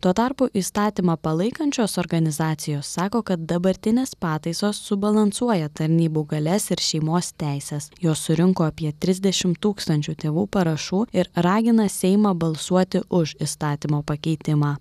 tuo tarpu įstatymą palaikančios organizacijos sako kad dabartinės pataisos subalansuoja tarnybų galias ir šeimos teises jos surinko apie trisdešimt tūkstančių tėvų parašų ir ragina seimą balsuoti už įstatymo pakeitimą